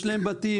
יש להם בתים,